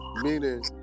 Meaning